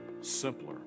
simpler